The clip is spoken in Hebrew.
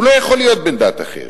הוא לא יכול להיות בן דת אחרת.